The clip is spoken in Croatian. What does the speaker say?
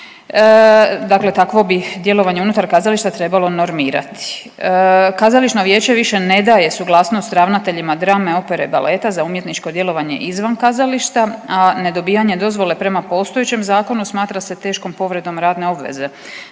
dakle takvo bi djelovanje unutar kazališta trebalo normirati. Kazališno vijeće više ne daje suglasnost ravnateljima drame, opere i baleta za umjetničko djelovanje izvan kazališta, a ne dobijanje dozvole prema postojećem zakonu smatra se teškom povredom radne obveze,